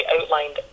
outlined